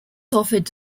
offered